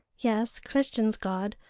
yes, christians' god,